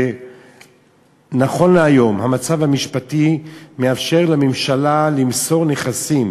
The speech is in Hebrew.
נכון להיום המצב המשפטי מאפשר לממשלה למסור נכסים